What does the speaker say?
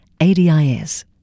ADIS